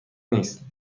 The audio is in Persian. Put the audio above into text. نیست